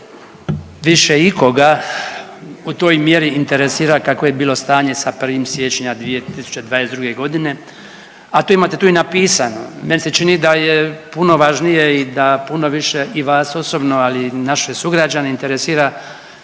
više ikoga u toj mjeri interesira kakvo je bilo stanje sa 1. siječnja 2022.g., a tu imate tu i napisano. Meni se čini da je puno važnije i da puno više i vas osobno, ali i naše sugrađane interesira